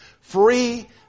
free